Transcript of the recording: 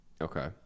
okay